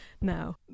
now